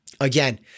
Again